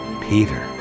Peter